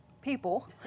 people